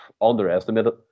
underestimated